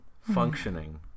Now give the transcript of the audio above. functioning